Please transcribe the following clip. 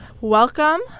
Welcome